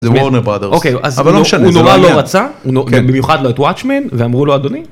זה וורנר ברודרס אוקיי אז הוא נורא לא רצה במיוחד לא את וואטשמן ואמרו לו אדוני...